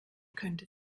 könnte